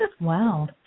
Wow